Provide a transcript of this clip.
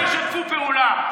איתך הם ישתפו פעולה.